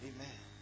Amen